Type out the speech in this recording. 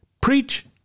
preach